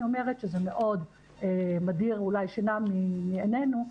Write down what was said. שזה מדיר שינה מעינינו,